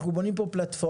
אנחנו בונים פה פלטפורמה,